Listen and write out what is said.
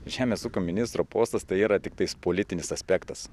žemės ūkio ministro postas tai yra tiktais politinis aspektas